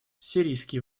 сирийские